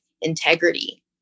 integrity